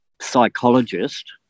psychologist